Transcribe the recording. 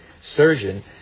surgeon